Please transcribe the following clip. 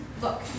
Look